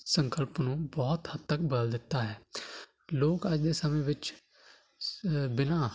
ਸੰਕਲਪ ਨੂੰ ਬਹੁਤ ਹੱਦ ਤੱਕ ਬਦਲ ਦਿੱਤਾ ਹੈ ਲੋਕ ਅੱਜ ਦੇ ਸਮੇਂ ਵਿੱਚ ਬਿਨ੍ਹਾਂ